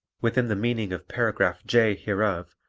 within the meaning of paragraph j hereof,